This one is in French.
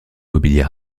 mobilier